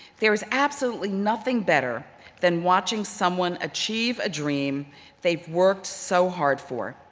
there is absolutely nothing better than watching someone achieve a dream they've worked so hard for.